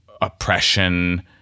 oppression